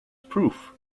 proof